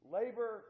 labor